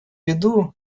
виду